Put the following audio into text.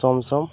chamcham